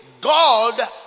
God